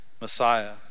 Messiah